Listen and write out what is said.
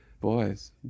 Boys